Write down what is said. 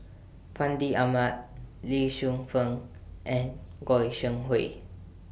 Fandi Ahmad Lee Shu Fen and Goi Seng Hui